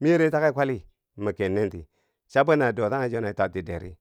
miyere takee kwali ma kennenti, cha bwenno dotanghe chwona twatti deri.